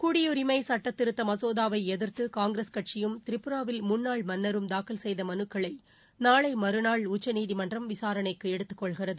குடியரிமை சட்டத்திருத்த மசோதாவை எதிர்த்து காங்கிரஸ் கட்சியும் திரிபுராவில் முன்னாள் மன்னரும் தாக்கல் செய்த மனுக்களை நாளை மறுநாள் உச்சநீதிமன்றம் விசாரணைக்கு எடுத்துக் கொள்கிறது